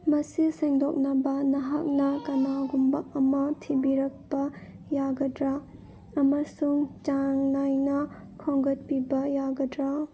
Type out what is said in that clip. ꯃꯁꯤ ꯁꯦꯡꯗꯣꯛꯅꯕ ꯅꯍꯥꯛꯅ ꯀꯅꯥꯒꯨꯝꯕ ꯑꯃ ꯊꯤꯕꯤꯔꯛꯄ ꯌꯥꯒꯗ꯭ꯔꯥ ꯑꯃꯁꯨꯡ ꯆꯥꯡ ꯅꯥꯏꯅ ꯈꯣꯝꯒꯠꯄꯤꯕ ꯌꯥꯒꯗ꯭ꯔꯥ